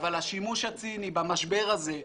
אבל השימוש הציני במשבר הזה,